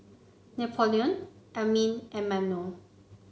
Napoleon Amin and Manuel